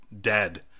dead